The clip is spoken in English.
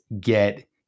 get